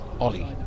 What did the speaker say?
Ollie